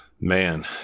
Man